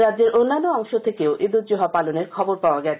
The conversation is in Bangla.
রাজ্যের অন্যান্য অংশ থেকেও ঈদ উল আজহা পালনের খবর পাওয়া গেছে